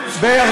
ראשונה.